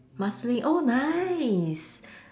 Marsiling oh nice